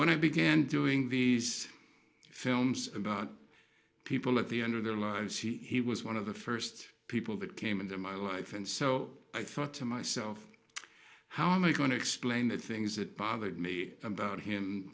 when i began doing these films about people at the under their lives he was one of the first people that came into my life and so i thought to myself how am i going to explain the things that bothered me about him